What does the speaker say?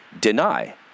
deny